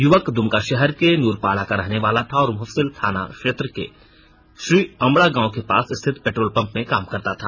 युवक दुमका शहर के नूरपाडा का रहने वाला था और मुफस्सिल थाना क्षेत्र के श्रीअमड़ा गांव के पास स्थित पेट्रोल पंप में काम करता था